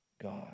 God